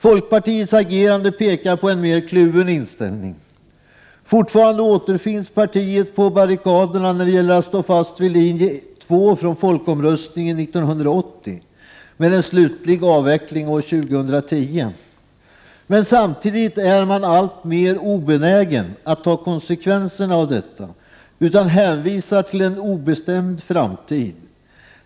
Folkpartiets agerande pekar på en mer kluven inställning. Fortfarande återfinns partiet på barrikaderna när det gäller att stå fast vid linje 2 från folkomröstningen 1980, som innebar en slutlig avveckling år 2010. Men samtidigt är man alltmer obenägen att ta konsekvensen av detta, utan man hänvisar till en obestämd framtid.